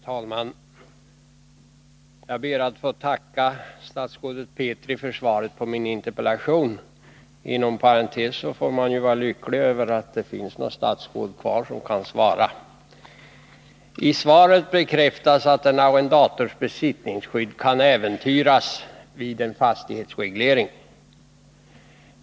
Herr talman! Jag ber att få tacka statsrådet Petri för svaret på min interpellation. Inom parentes vill jag säga att man får vara lycklig över att det finns något statsråd kvar i regeringen som kan svara. I svaret bekräftas att en arrendators besittningsskydd kan äventyras vid en fastighetsreglering.